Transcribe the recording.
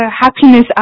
happiness